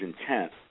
intent